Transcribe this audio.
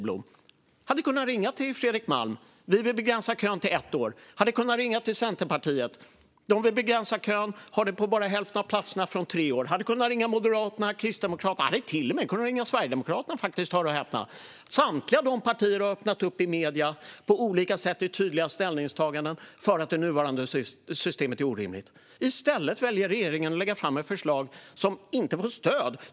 Hon hade kunnat ringa till Fredrik Malm: Vi vill begränsa kön till ett år. Hon hade kunnat ringa till Centerpartiet: De vill begränsa kön och ha den på bara hälften av platserna från tre år. Hon hade kunnat ringa Moderaterna och Kristdemokraterna. Hon hade faktiskt till och med kunnat ringa Sverigedemokraterna, hör och häpna. Samtliga dessa partier har i medierna på olika sätt gjort tydliga ställningstaganden om att det nuvarande systemet är orimligt. I stället väljer regeringen att lägga fram ett förslag som inte får stöd.